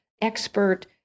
expert